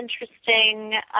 interesting